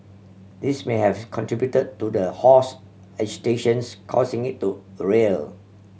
this may have contribute to the horse agitations causing it to a rear